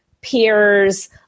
peers